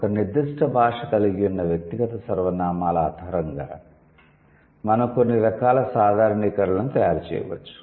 ఒక నిర్దిష్ట భాష కలిగి ఉన్న వ్యక్తిగత సర్వనామాల ఆధారంగా మనం కొన్ని రకాల సాధారణీకరణలను తయారు చేయవచ్చు